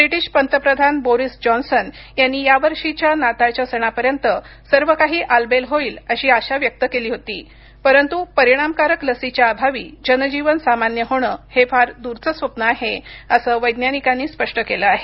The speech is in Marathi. ब्रिटीश पंतप्रधान बोरीस जॉन्सन यांनी यावर्षी नाताळच्या सणापर्यंत सर्वकाही आलबेल होईल अशी आशा व्यक्त केली होती परंतु परिणामकारक लसीच्या अभावी जनजीवन सामान्य होणं हे फार दूरचं स्वप्न आहे असं वैज्ञानिकांनी स्पष्ट केलं आहे